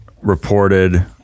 reported